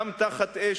גם תחת אש,